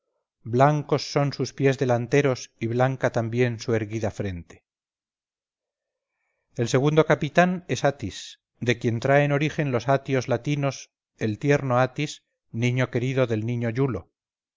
blancos son sus pies delanteros y blanca también su erguida frente el segundo capitán es atis de quien traen origen los atios latinos el tierno atis niño querido del niño iulo